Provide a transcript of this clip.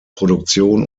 produktion